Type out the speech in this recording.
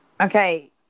Okay